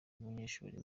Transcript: umunyeshuri